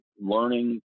learning